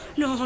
no